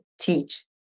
teach